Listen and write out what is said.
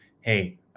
hey